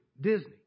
Disney